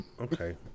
Okay